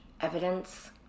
evidence